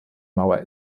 mauer